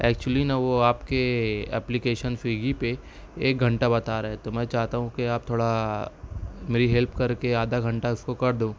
actually نہ وہ آپ کے اپلیکیشن سویگی پہ ایک گھنٹہ بتا رہا ہے تو میں چاہتا ہوں کی آپ تھوڑا میری ہیلپ کر کے آدھا گھنٹہ اس کو کر دو